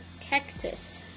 Texas